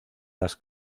las